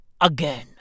again